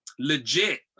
legit